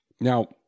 Now